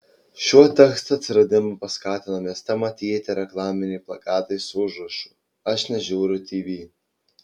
šiuo teksto atsiradimą paskatino mieste matyti reklaminiai plakatai su užrašu aš nežiūriu tv